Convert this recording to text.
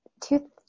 two